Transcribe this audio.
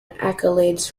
accolades